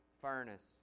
furnace